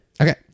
Okay